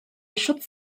schutz